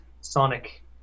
Sonic